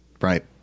Right